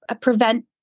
prevent